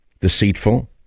deceitful